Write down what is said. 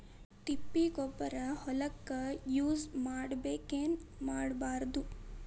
ತಿಪ್ಪಿಗೊಬ್ಬರ ಹೊಲಕ ಯೂಸ್ ಮಾಡಬೇಕೆನ್ ಮಾಡಬಾರದು?